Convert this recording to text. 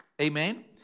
Amen